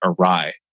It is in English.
awry